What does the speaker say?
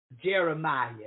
Jeremiah